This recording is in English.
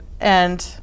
And-